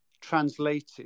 translated